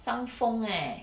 伤风 leh